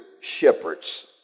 shepherds